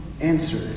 answer